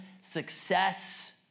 success